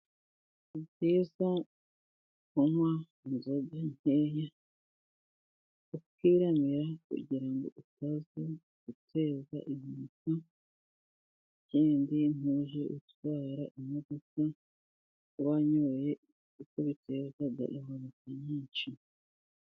Nibyiza kunywa inzoga nkeya, ukiramira kugira ngo utaza guteza impanuka, ikindi ntujye utwara imodoka wanyoye, kuko biteza impanuka nyinshi.